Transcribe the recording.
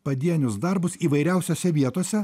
padienius darbus įvairiausiose vietose